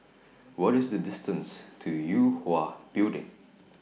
What IS The distance to Yue Hwa Building